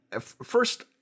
first